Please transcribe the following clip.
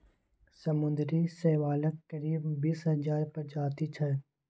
समुद्री शैवालक करीब बीस हजार प्रजाति छै